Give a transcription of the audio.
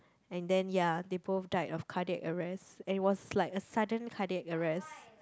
and then ya they both died of cardiac arrest and was like a sudden cardiac arrest